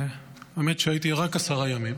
האמת היא שהייתי רק עשרה ימים,